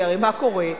כי מה קורה?